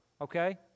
okay